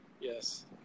Yes